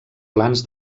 plans